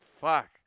fuck